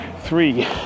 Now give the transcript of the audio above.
three